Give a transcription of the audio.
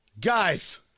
Guys